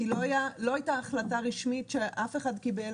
כי לא הייתה החלטה רשמית שאף אחד קיבל.